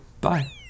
Bye